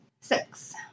Six